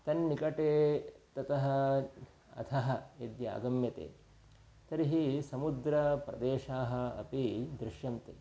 तन्निकटे ततः अधः यद्यागम्यते तर्हि समुद्रप्रदेशाः अपि दृश्यन्ते